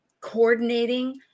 coordinating